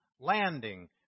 landing